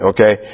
Okay